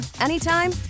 anytime